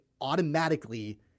automatically